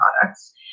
products